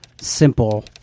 simple